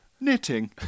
knitting